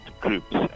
groups